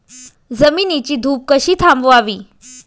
जमिनीची धूप कशी थांबवावी?